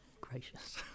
Gracious